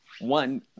one